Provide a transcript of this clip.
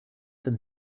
them